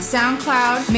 SoundCloud